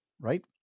right